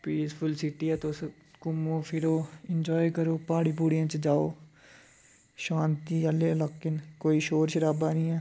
peaceful city ऐ तुस घूमो फिरो एन्जाय करो प्हाड़ी पूड़ियें च जाओ शांति आह्ले इलाके न कोई शोर शराबा नी ऐ